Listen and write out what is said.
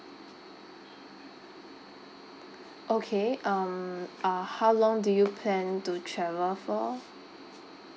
okay um uh how long do you plan to travel for